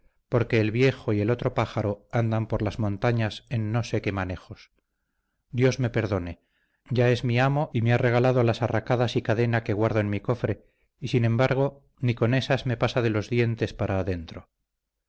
porque el viejo y el otro pájaro andan por las montañas en no sé qué manejos dios me perdone va es mi amo y me ha regalado las arracadas y cadena que guardo en mi cofre y sin embargo ni con esas me pasa de los dientes para adentro